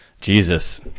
Jesus